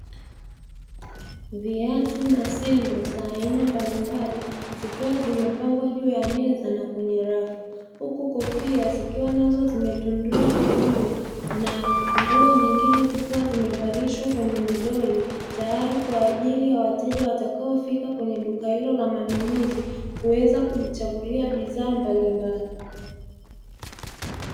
Viatu na sendo za aina mbalimbali zikiwa zimepangwa juu ya meza na kwenye rafu, huku kofia zikiwa nazo zimetundikwa juu na nguo nyingine zikiwa zimevalishwa kwenye midoli; tayari kwa ajili ya wateja watakaofika kwenye duka hilo la manunuzi kuweza kujichagulia bidhaa mbalimbali.